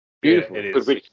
Beautiful